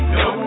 no